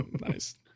nice